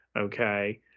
Okay